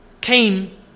came